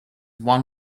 won